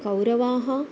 कौरवाः